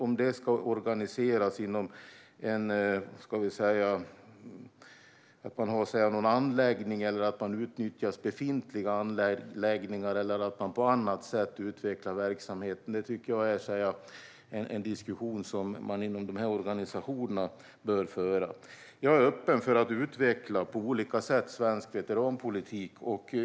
Om detta ska organiseras genom att man har en anläggning, utnyttjar befintliga anläggningar eller på annat sätt utvecklar verksamheten är en diskussion som bör föras inom dessa organisationer. Jag är öppen för att på olika sätt utveckla svensk veteranpolitik.